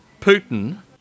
Putin